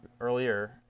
earlier